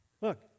Look